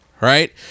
right